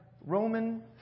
Roman